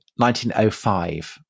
1905